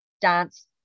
dance